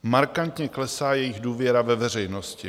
Markantně klesá jejich důvěra ve veřejnosti.